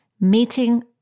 meeting